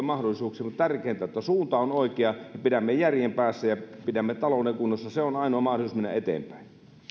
mahdollisuuksia mutta tärkeintä on että suunta on oikea pidämme järjen päässä ja pidämme talouden kunnossa se on ainoa mahdollisuus mennä eteenpäin